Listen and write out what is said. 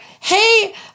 Hey